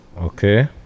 Okay